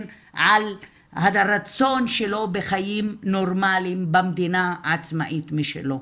על הרצון שלו בחיים נורמליים במדינה עצמאית שלו.